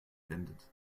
wendet